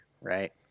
right